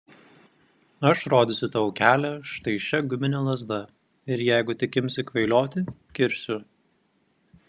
aš rodysiu tau kelią štai šia gumine lazda ir jeigu tik imsi kvailioti kirsiu